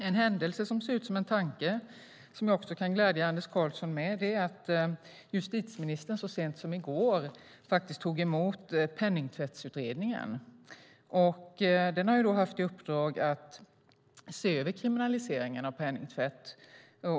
En händelse som ser ut som en tanke, som jag också kan glädja Anders Karlsson med, är att justitieministern så sent som i går tog emot Penningtvättsutredningen. Den har haft i uppdrag att se över kriminaliseringen av penningtvätt.